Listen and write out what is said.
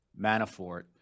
Manafort